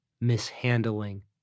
mishandling